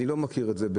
אני לא מכיר את זה.